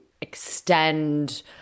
extend